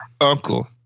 uncle